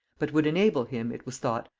but would enable him, it was thought,